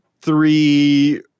three